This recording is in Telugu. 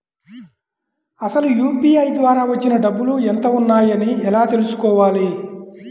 అసలు యూ.పీ.ఐ ద్వార వచ్చిన డబ్బులు ఎంత వున్నాయి అని ఎలా తెలుసుకోవాలి?